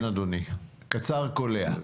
קצר וקולע בבקשה.